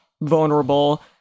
vulnerable